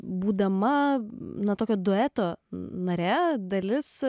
būdama na tokio dueto nare dalis